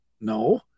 no